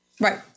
Right